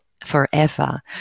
Forever